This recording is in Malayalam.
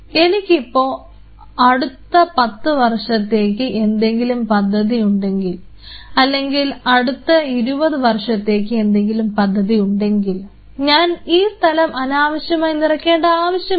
എനിക്കിപ്പോ അടുത്ത പത്ത് വർഷത്തേക്ക് എന്തെങ്കിലും പദ്ധതി ഉണ്ടെങ്കിൽ അല്ലെങ്കിൽ അടുത്ത 20 വർഷത്തേക്ക് എന്തെങ്കിലും പദ്ധതി ഉണ്ടെങ്കിൽ ഞാൻ ഈ സ്ഥലം അനാവശ്യമായി നിറക്കേണ്ട ആവശ്യം ഇല്ല